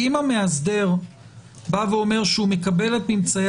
אם המאסדר אומר שהוא מקבל את ממצאי